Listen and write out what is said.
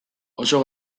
oso